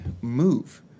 move